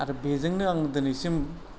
आरो बेजोंनो आं दिनैसिम